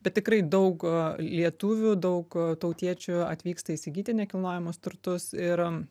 bet tikrai daug lietuvių daug tautiečių atvyksta įsigyti nekilnojamus turtus ir